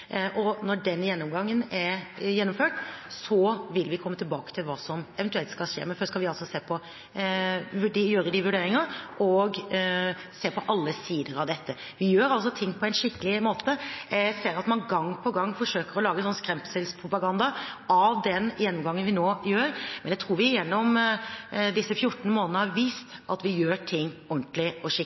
og når den gjennomgangen er gjennomført, vil vi komme tilbake til hva som eventuelt skal skje. Men først skal vi gjøre vurderinger og se på alle sider av dette. Vi gjør ting på en skikkelig måte. Jeg ser at man gang på gang forsøker å lage skremselspropaganda av den gjennomgangen vi nå gjør, men jeg tror vi gjennom disse 14 månedene har vist at vi gjør ting ordentlig og